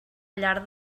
llar